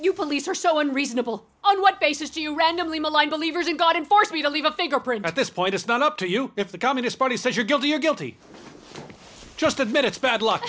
you police are so unreasonable on what basis do you randomly malign believers in god and force me to leave a fingerprint at this point it's not up to you if the communist party says you're guilty or guilty just admit it's bad luck